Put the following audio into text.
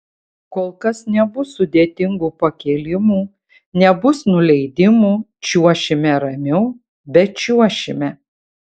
kol kas nebus sudėtingų pakėlimų nebus nuleidimų čiuošime ramiau bet čiuošime